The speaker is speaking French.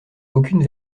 aucune